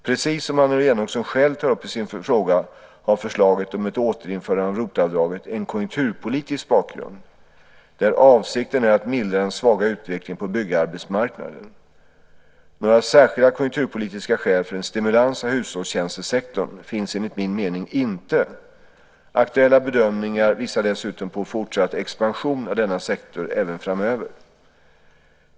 Precis som Annelie Enochson själv tar upp i sin fråga har förslaget om ett återinförande av ROT-avdraget en konjunkturpolitisk bakgrund, där avsikten är att mildra den svaga utvecklingen på byggarbetsmarknaden. Några särskilda konjunkturpolitiska skäl för en stimulans av hushållstjänstesektorn finns enligt min mening inte. Aktuella bedömningar visar dessutom på en fortsatt expansion av denna sektor även framöver.